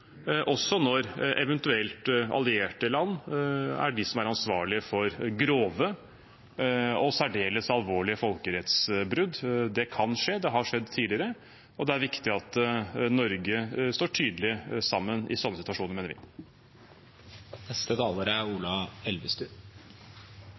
også når det eventuelt er allierte land som er ansvarlig for grove og særdeles alvorlige folkerettsbrudd. Det kan skje, det har skjedd tidligere, og det er viktig at Norge står tydelig sammen i slike situasjoner, mener vi.